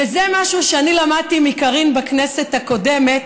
וזה משהו שאני למדתי מקארין בכנסת הקודמת,